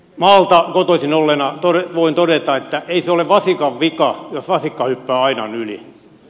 maalta kotoisin olevana voin todeta että ei se ole vasikan vika jos vasikka hyppää aidan yli